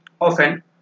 often